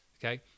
Okay